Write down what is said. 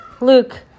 Luke